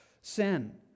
sin